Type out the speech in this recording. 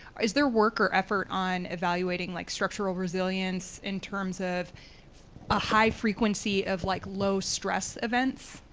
is there work or effort on evaluation like structural resilience in terms of a high-frequency of like low-stress events?